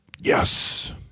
Yes